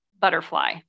butterfly